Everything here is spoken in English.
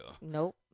Nope